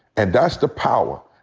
and that's the power.